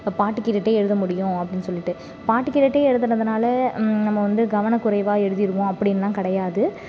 அப்போ பாட்டு கேட்டுகிட்டே எழுத முடியும் அப்படின்னு சொல்லிவிட்டு பாட்டு கேட்டுகிட்டே எழுதுறதுனால் நம்ம வந்து கவன குறைவாக எழுதிடுவோம் அப்படின்லாம் கிடையாது